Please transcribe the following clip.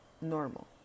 normal